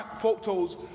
photos